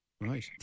Right